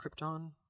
krypton